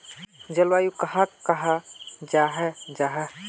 जलवायु कहाक कहाँ जाहा जाहा?